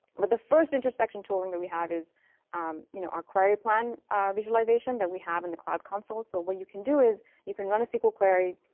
but the first introspection tooling that we have is you know our query plan visualization that we have in the cloud console. so what you can do is you can run a sql query.